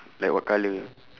like what colour